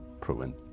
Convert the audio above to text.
proven